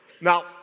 Now